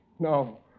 No